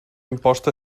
impost